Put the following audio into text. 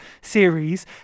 series